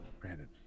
Brandon